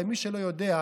למי שלא יודע,